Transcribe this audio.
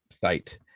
site